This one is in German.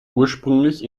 ursprünglich